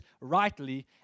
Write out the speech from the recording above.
rightly